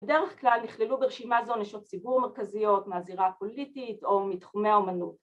‫בדרך כלל נכללו ברשימה זו ‫נשות ציבור מרכזיות, ‫מהזירה הפוליטית ‫או מתחומי האמנות.